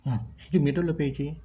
হ্যাঁ কিছু মেডেলও পেয়েছি